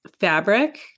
fabric